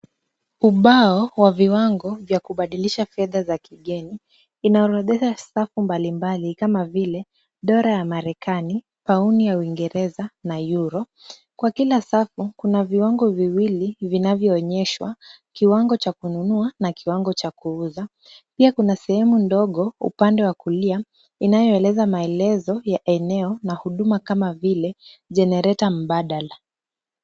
Ubao wa viwango vya kubadilisha fedha za kigeni, inaorodhesha safu mbalimbali kama vile; dola ya Marekani, pauni ya Uingereza, na euro, kwa kila safu kuna viwango viwili vinavyoonyeshwa kiwango cha kununua na kiwango cha kuuza, pia kuna sehemu ndogo upande wa kulia inayoeleza maelezo ya eneo na huduma kama vile jenereta mbadala.